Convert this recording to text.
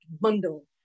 bundle